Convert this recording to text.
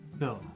No